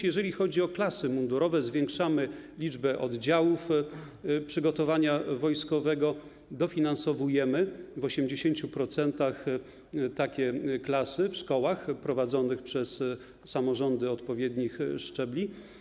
Jeżeli chodzi o klasy mundurowe, również zwiększamy liczbę oddziałów przygotowania wojskowego, dofinansowujemy w 80% takie klasy w szkołach prowadzonych przez samorządy odpowiednich szczebli.